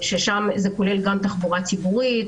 שם זה כולל גם תחבורה ציבורית,